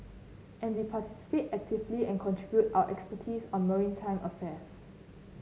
and we participate actively and contribute our expertise on maritime affairs